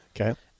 Okay